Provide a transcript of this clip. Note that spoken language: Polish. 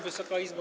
Wysoka Izbo!